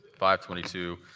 five twenty two.